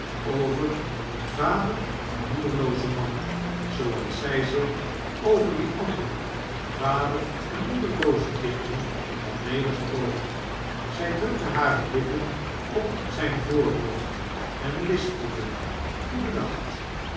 over den vaderen moederloozen man zooals zg zich over die andere vader en moederlooze kinderen had nedergebogen zjj drukte harelippen op zgn voorhoofd en lispelde